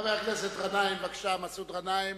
חבר הכנסת מסעוד גנאים,